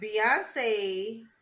beyonce